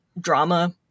drama